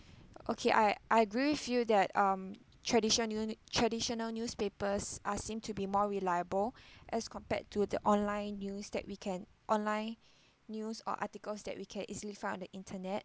okay I I agree with you that um tradition new traditional newspapers are seem to be more reliable as compared to the online news that we can online news or articles that we can easily find on the internet